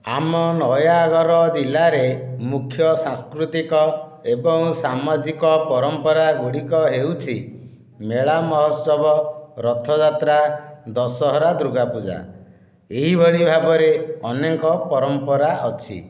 ଆମ ନୟାଗଡ଼ ଜିଲ୍ଲାରେ ମୁଖ୍ୟ ସାଂସ୍କୃତିକ ଏବଂ ସାମାଜିକ ପରମ୍ପରା ଗୁଡ଼ିକ ହେଉଛି ମେଳା ମହୋତ୍ସବ ରଥଯାତ୍ରା ଦଶହରା ଦୁର୍ଗାପୂଜା ଏହିଭଳି ଭାବରେ ଅନେକ ପରମ୍ପରା ଅଛି